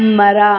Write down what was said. ಮರ